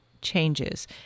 changes